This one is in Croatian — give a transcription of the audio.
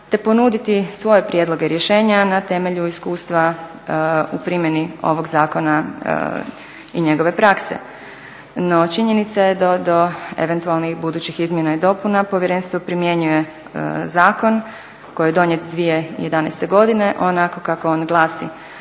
te ponuditi svoje prijedloge i rješenja na temelju iskustva u primjeni ovog zakona i njegove prakse. No, činjenica je da do eventualnih budućih izmjena i dopuna povjerenstvo primjenjuje zakon koji je donijet 2011. godine onako kako on glasi,